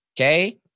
okay